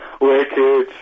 Wicked